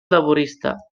laborista